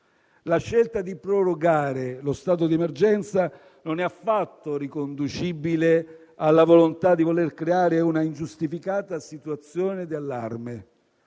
La scelta di prorogare lo stato di emergenza non è affatto riconducibile alla volontà di creare una ingiustificata situazione di allarme,